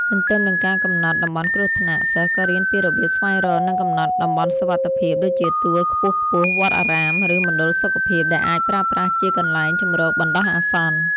ទន្ទឹមនឹងការកំណត់តំបន់គ្រោះថ្នាក់ សិស្សក៏រៀនពីរបៀបស្វែងរក និងកំណត់តំបន់សុវត្ថិភាព ដូចជាទួលខ្ពស់ៗ វត្តអារាម ឬមណ្ឌលសុខភាព ដែលអាចប្រើប្រាស់ជាកន្លែងជម្រកបណ្ដោះអាសន្ន។